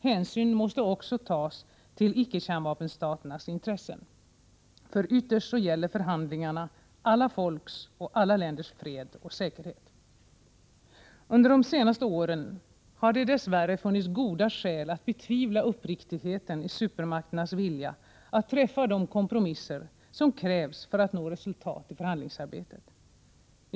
Hänsyn måste också tas till icke-kärnvapenstaternas intressen. Ytterst gäller förhandlingarna alla folks och alla länders fred och säkerhet. Under de senaste åren har det dess värre funnits goda skäl att betvivla uppriktigheten i supermakternas vilja att träffa de kompromisser som krävs för att nå resultat i förhandlingsarbetet.